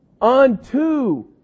unto